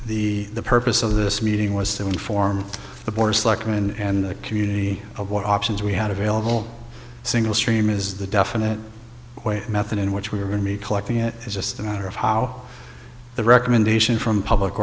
or the purpose of this meeting was to inform the board selectman and the community of what options we had available single stream is the definite way method in which we are going to be collecting it is just a matter of how the recommendation from public